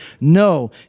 no